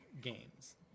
games